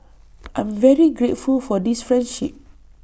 I'm very grateful for this friendship